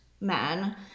men